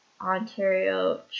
Ontario